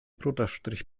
brotaufstrich